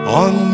on